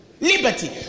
liberty